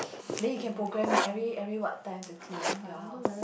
then you can programme it every every what time to clean your house